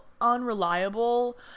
unreliable